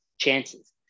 chances